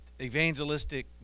evangelistic